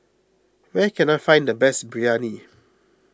where can I find the best Biryani